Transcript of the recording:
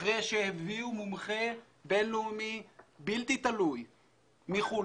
אחרי שהביאו מומחה בינלאומי בלתי תלוי מחו"ל,